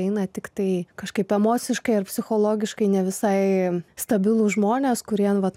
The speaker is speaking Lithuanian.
eina tiktai kažkaip emociškai ar psichologiškai ne visai stabilūs žmonės kurie vat